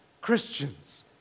Christians